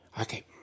Okay